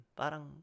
parang